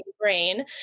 brain